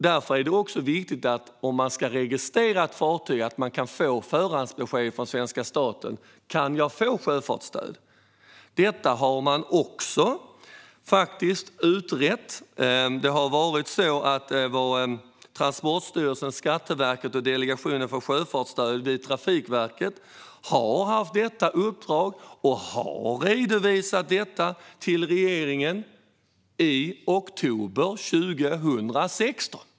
Därför är det viktigt om man ska registrera ett fartyg att man kan få förhandsbesked från svenska staten om man kan få sjöfartsstöd. Detta har man faktiskt också utrett. Transportstyrelsen, Skatteverket och Delegationen för sjöfartsstöd vid Trafikverket har haft detta uppdrag och redovisade resultatet för regeringen i oktober 2016 - tiden går!